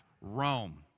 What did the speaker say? Rome